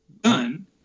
Done